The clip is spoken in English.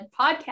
podcast